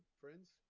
friends